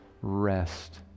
Rest